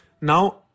Now